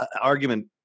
argument